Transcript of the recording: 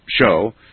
show